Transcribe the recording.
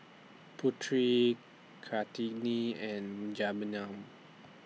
Putri Kartini and Jenab